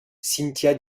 cynthia